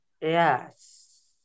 yes